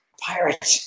Pirate